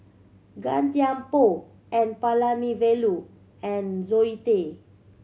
Gan Thiam Poh N Palanivelu and Zoe Tay